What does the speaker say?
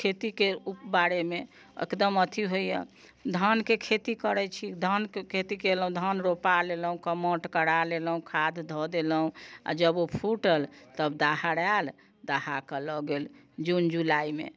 खेतीके बारेमे एकदम अथि होइया धानके खेती करैत छी धानके खेती कयलहुँ धान रोपा लेलहुँ कमौठ करा लेलहुँ खाद दऽ देलहुँ आ जब ओ फूटल तब दहार आयल दहाके लऽ गेल जून जुलाइमे